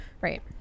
Right